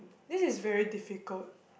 this is very difficult